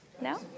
No